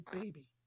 baby